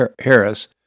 Harris